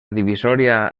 divisòria